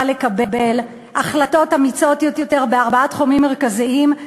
לקבל החלטות אמיצות יותר בארבעה תחומים מרכזיים.